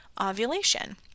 ovulation